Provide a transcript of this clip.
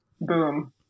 boom